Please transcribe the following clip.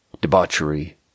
debauchery